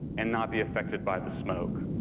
and not be affected by the smoke.